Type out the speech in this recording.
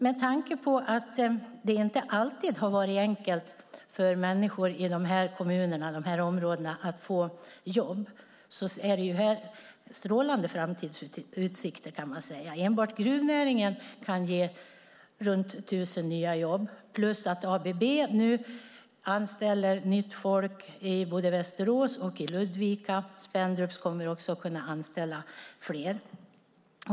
Med tanke på att det inte alltid har varit enkelt för människor i dessa kommuner och dessa områden att få jobb är detta strålande framtidsutsikter. Enbart gruvnäringen kan ge runt tusen nya jobb, plus att ABB nu anställer nytt folk både i Västerås och i Ludvika. Spendrups kommer också att kunna anställa fler.